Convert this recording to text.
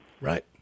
Right